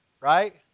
right